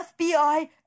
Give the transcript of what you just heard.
FBI